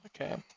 Okay